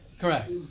correct